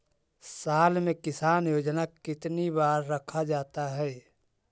साल में किसान योजना कितनी बार रखा जाता है?